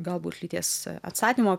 galbūt lyties atstatymo